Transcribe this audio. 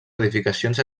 edificacions